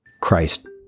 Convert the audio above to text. Christ